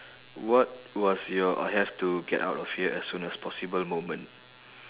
what was your I have to get out of here as soon as possible moment